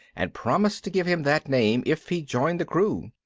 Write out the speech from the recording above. and promised to give him that name if he joined the crew.